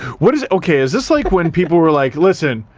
what is, okay, is this like when people were like listen,